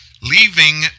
leaving